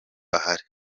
ahari